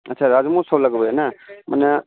अच्छा राजमो सब लगबै हइ ने मने